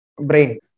brain